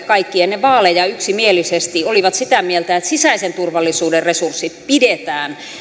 kaikki hallituspuolueet ennen vaaleja yksimielisesti olivat sitä mieltä että sisäisen turvallisuuden resurssit pidetään